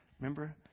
Remember